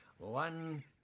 one